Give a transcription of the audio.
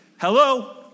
Hello